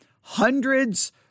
hundreds